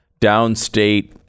downstate